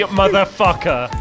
motherfucker